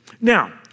Now